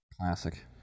Classic